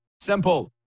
Simple